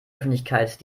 öffentlichkeit